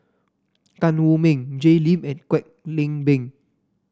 Tan Wu Meng Jay Lim and Kwek Leng Beng